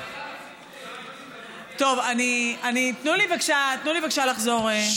תנו לי בבקשה לחזור.